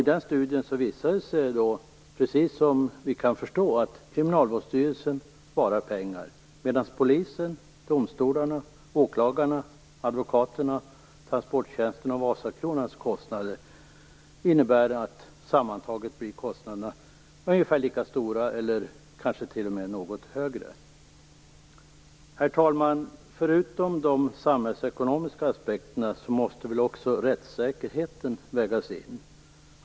I den studien har det visat sig - precis som man kunde förstå - att Kriminalvårdsstyrelsen sparar pengar medan kostnaderna för polisen, domstolarna, åklagarna, advokaterna, transporttjänsterna och Wasakronan ökar. Sammantaget blir kostnaderna ungefär lika stora, eller kanske t.o.m. något större. Herr talman! Förutom de samhällsekonomiska aspekterna måste också rättssäkerheten vägas in.